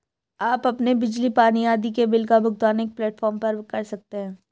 आप अपने बिजली, पानी आदि के बिल का भुगतान एक प्लेटफॉर्म पर कर सकते हैं